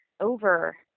over